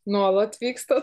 nuolat vyksta